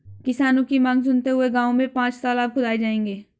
किसानों की मांग सुनते हुए गांव में पांच तलाब खुदाऐ जाएंगे